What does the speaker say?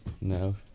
No